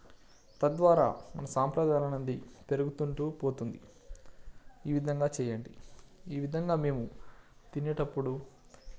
తద్వారా సాంప్రదాయాల నుండి పేరుగుకుంటు పోతుంది ఈ విధంగా చేయండి ఈ విధంగా మేము తినేటప్పుడు